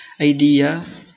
idea